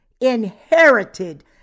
inherited